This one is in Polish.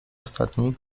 ostatni